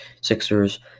Sixers